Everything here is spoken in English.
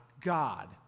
God